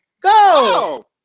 Go